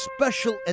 special